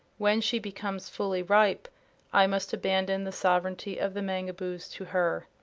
when she becomes fully ripe i must abandon the sovereignty of the mangaboos to her.